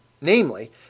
Namely